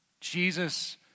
Jesus